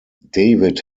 david